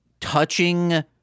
touching